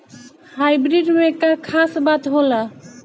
Hybrid में का खास बात होला?